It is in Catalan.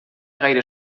gaire